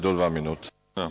Do dva minuta.